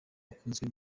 akunzwe